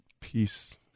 peace